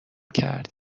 کرد